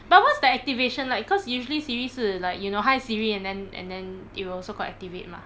but what's the activation like cause usually siri 是 like you know hi siri and then and then it will so call activate lah